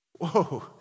Whoa